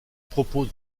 propose